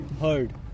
heard